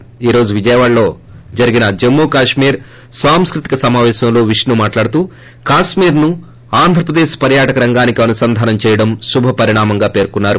ు ఈ రోజు విజయవాడలో జరిగిన జమ్మూకాశ్కీర్ సాంస్కృతిక సమాపేశంలో ఆయన మాట్లాడుతూ కాశ్కీర్ను ఆంధ్రప్రదేక్ పర్యాటక రంగానికి అనుసంధానం చేయడం శుభపరిణామమన్నారు